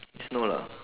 it's no lah